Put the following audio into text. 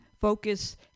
Focus